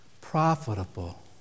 profitable